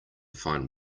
find